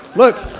look!